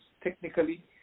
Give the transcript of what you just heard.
technically